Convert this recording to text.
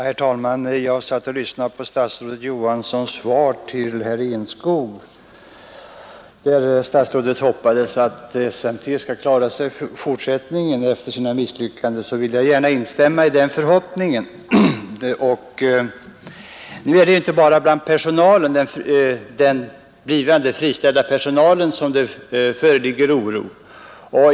Herr talman! Jag lyssnade på statsrådet Johanssons svar till herr Enskog, i vilket statsrådet uttalade förhoppningen att SMT skall klara sig i fortsättningen efter sina misslyckanden. Jag vill gärna instämma i den förhoppningen. Det är inte bara bland den blivande friställda personalen som det råder oro.